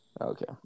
Okay